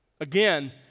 Again